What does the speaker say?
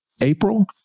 April